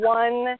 one